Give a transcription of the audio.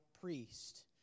priest